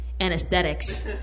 anesthetics